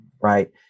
Right